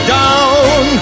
down